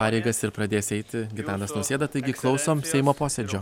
pareigas ir pradės eiti gitanas nausėda taigi klausom seimo posėdžio